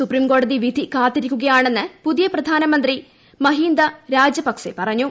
സുപ്രീംകോടതി വിധി കാത്തിരിക്കുകയാണെന്ന് പുതിയ പ്രധാനമന്ത്രി മഹീന്ദ രാജ്പക്സെ പറഞ്ഞു